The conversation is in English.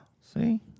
See